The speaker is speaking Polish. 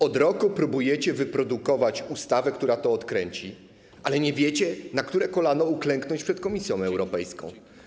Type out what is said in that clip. Od roku próbujecie wyprodukować ustawę, która to odkręci, ale nie wiecie, na które kolano uklęknąć przed Komisją Europejską.